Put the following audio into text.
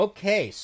Okay